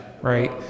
right